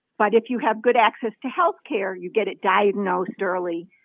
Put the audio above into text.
but if you have good access to health care, you get it diagnosed early,